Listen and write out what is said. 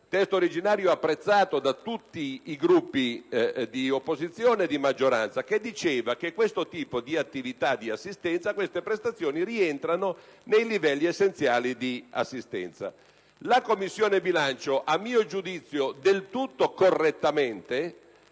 testo originario apprezzato da tutti i Gruppi di opposizione e di maggioranza, che diceva che queste prestazioni e questo tipo di attività e di assistenza rientrano nei livelli essenziali di assistenza. La Commissione bilancio - a mio giudizio del tutto correttamente